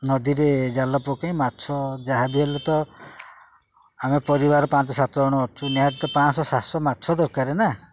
ନଦୀରେ ଜାଲ ପକେଇ ମାଛ ଯାହାବି ହେଲେ ତ ଆମେ ପରିବାର ପାଞ୍ଚ ସାତ ଜଣ ଅଛୁ ନିହାତି ତ ପାଞ୍ଚ ଶହ ସାତ ଶହ ମାଛ ଦରକାରେ ନା